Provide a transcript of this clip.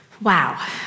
Wow